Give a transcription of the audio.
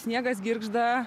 sniegas girgžda